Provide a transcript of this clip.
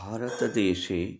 भारतदेशे